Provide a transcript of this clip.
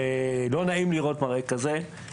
ולא נעים לראות מראה כזה.